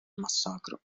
massacro